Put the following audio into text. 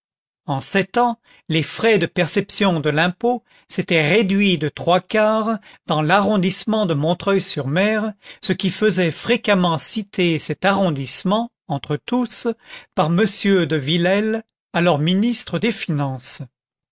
en sept ans les frais de perception de l'impôt s'étaient réduits des trois quarts dans l'arrondissement de montreuil sur mer ce qui faisait fréquemment citer cet arrondissement entre tous par m de villèle alors ministre des finances